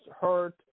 hurt